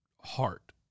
heart